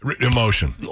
emotion